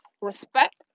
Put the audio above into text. respect